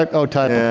like oh type